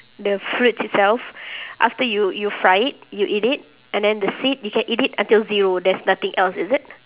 the fruit itself after you you fry it you eat it and then the seed you can eat it until zero there's nothing else is it